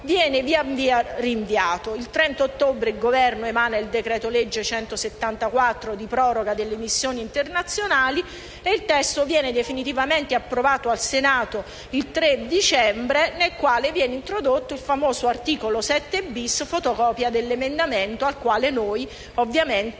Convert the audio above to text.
viene via via rinviata. Il 30 ottobre il Governo emana il decreto-legge n. 174 di proroga delle missioni internazionali; il testo viene definitivamente approvato dal Senato il 3 dicembre e, nel corso dell'esame, viene introdotto il famoso articolo 7-*bis* fotocopia dell'emendamento Latorre, rispetto